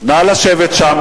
נא לשבת שם,